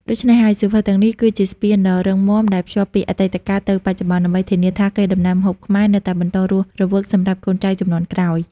ដូច្នេះហើយ សៀវភៅទាំងនេះគឺជាស្ពានដ៏រឹងមាំដែលភ្ជាប់ពីអតីតកាលទៅបច្ចុប្បន្ន ដើម្បីធានាថាកេរដំណែលម្ហូបខ្មែរនៅតែបន្តរស់រវើកសម្រាប់កូនចៅជំនាន់ក្រោយ។